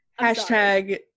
Hashtag